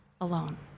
alone